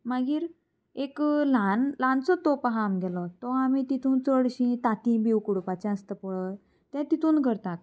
मागीर एक ल्हान ल्हानसो तोप आहा आमगेलो तो आमी तितून चडशीं ताती बी उकडोवपाचें आसता पळय तें तितून करतात